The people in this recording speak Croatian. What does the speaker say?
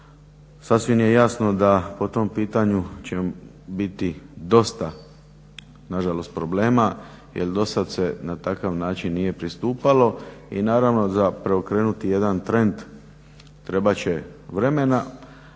sasvim je jasno da po tom pitanju će biti dosta nažalost problema jer dosad se na takav način nije pristupalo i naravno za preokrenuti jedan trend trebat će vremena,